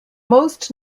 most